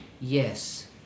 Yes